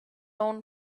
own